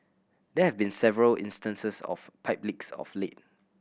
there have been several instances of pipe leaks of late